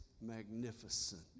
magnificent